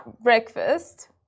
Breakfast